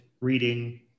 reading